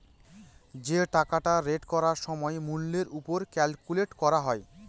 যে টাকাটা রেট করার সময় মূল্যের ওপর ক্যালকুলেট করা হয়